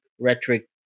rhetoric